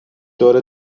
دور